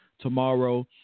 tomorrow